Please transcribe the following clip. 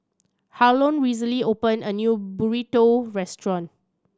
Harlon recently opened a new Burrito restaurant